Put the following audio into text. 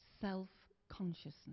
self-consciousness